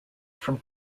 from